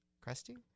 Crusty